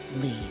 lead